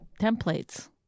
templates